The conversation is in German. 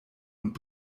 und